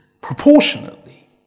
proportionately